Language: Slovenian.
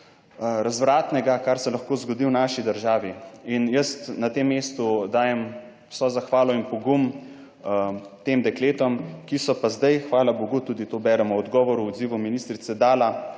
razvratnega, kar se lahko zgodi v naši državi. Jaz na tem mestu dajem vso zahvalo in pogum tem dekletom, ki so pa sedaj, hvala bogu, tudi to beremo o odgovoru, o odzivu ministrice, dala